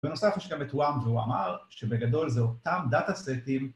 ‫בנוסף יש גם את וואם והוא אמר ‫שבגדול זה אותם דאטה-סטים.